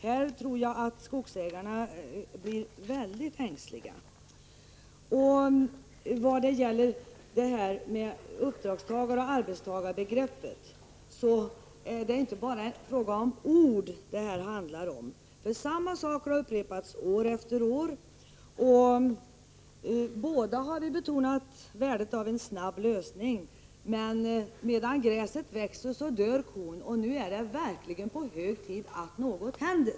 Här tror jag att skogsägarna blir väldigt ängsliga. När det gäller uppdragstagaroch arbetstagarbegreppen är det inte bara fråga om ord. Samma sak har upprepats år efter år. Båda har vi betonat värdet av en snabb lösning, men medan gräset växer dör kon, och nu är det verkligen hög tid att något händer.